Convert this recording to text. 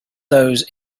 those